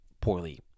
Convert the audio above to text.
poorly